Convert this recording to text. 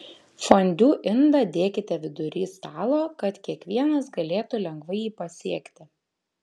fondiu indą dėkite vidury stalo kad kiekvienas galėtų lengvai jį pasiekti